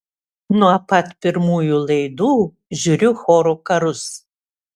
nuo pat pirmųjų laidų žiūriu chorų karus